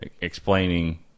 explaining